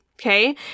Okay